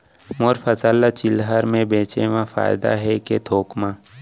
मोर फसल ल चिल्हर में बेचे म फायदा है के थोक म?